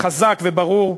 חזק וברור.